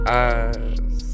eyes